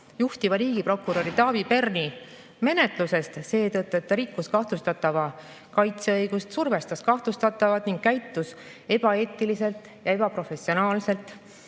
juhtiva riigiprokuröri Taavi Perni menetlusest seetõttu, et ta rikkus kahtlustatava kaitseõigust, survestas kahtlustatavat, käitus ebaeetiliselt ja ebaprofessionaalselt,